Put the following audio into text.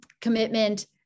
commitment